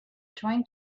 trying